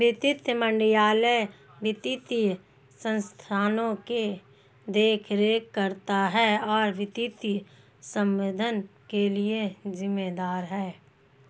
वित्त मंत्रालय वित्तीय संस्थानों की देखरेख करता है और वित्तीय प्रबंधन के लिए जिम्मेदार है